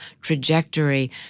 trajectory